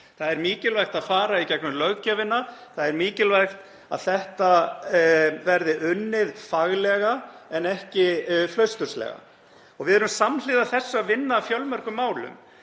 Það er mikilvægt að fara í gegnum löggjöfina. Það er mikilvægt að þetta verði unnið faglega en ekki flausturslega. Við erum samhliða þessu að vinna að fjölmörgum málum.